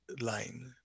line